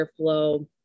airflow